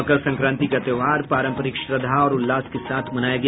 मकर संक्रांति का त्योहार पारंपरिक श्रद्धा और उल्लास के साथ मनाया गया